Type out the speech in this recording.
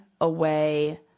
away